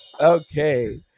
okay